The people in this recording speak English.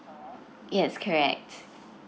yes correct